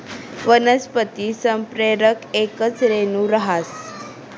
वनस्पती संप्रेरक येकच रेणू रहास